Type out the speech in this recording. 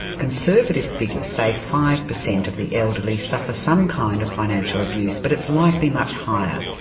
conservative figures say five percent of the elderly suffer some kind of financial abuse, but it's likely much higher,